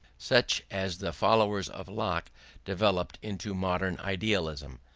such as the followers of locke developed into modern idealism,